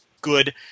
good